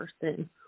person